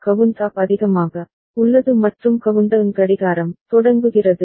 count up அதிகமாக உள்ளது மற்றும் கவுண்டவுன் கடிகாரம் தொடங்குகிறது